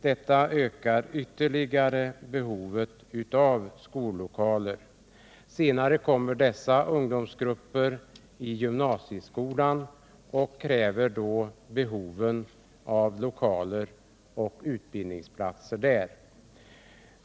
Detta gör att behovet av skollokaler blir större. Senare kommer dessa ungdomsgrupper till gymnasieskolan och kräver då lokaler och utbildningsplatser där.